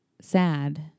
sad